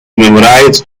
memorize